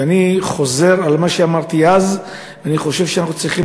ואני חוזר על מה שאמרתי אז: אני חושב שאנחנו צריכים